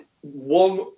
One